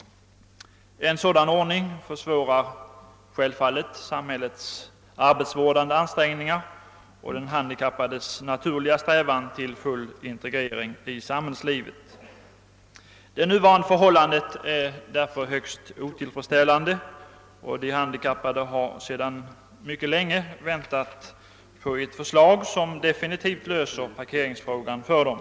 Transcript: En sådan ordning försvårar självfallet samhällets arbetsvårdande ansträngningar och hindrar den handikappades naturliga strävan mot full integrering i samhällslivet. Nuvarande förhållanden är sålunda högst otillfredsställande, och de handikappade har också sedan mycket länge väntat på ett förslag som definitivt löser parkeringsproblemet för dem.